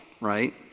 right